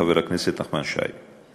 חבר הכנסת נחמן שי,